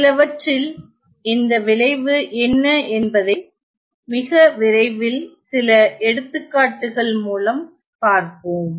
சிலவற்றில் இந்த விளைவு என்ன என்பதை மிக விரைவில் சில எடுத்துக்காட்டுகள் மூலம் பார்ப்போம்